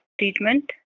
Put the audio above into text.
treatment